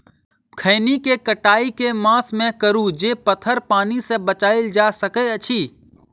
खैनी केँ कटाई केँ मास मे करू जे पथर पानि सँ बचाएल जा सकय अछि?